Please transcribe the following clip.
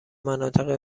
مناطق